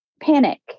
Panic